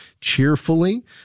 cheerfully